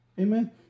Amen